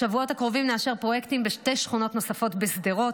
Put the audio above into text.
בשבועות הקרובים נאשר פרויקטים בשתי שכונות נוספות בשדרות,